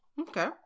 Okay